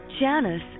Janice